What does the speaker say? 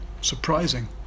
surprising